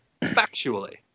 factually